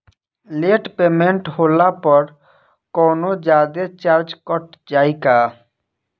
Late payment होला पर कौनोजादे चार्ज कट जायी का?